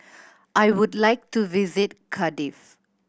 I would like to visit Cardiff